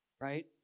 right